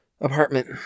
apartment